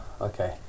okay